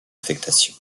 affectation